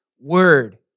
word